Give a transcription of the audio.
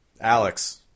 Alex